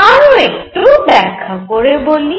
আরও একটু ব্যাখ্যা করে বলি